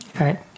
Right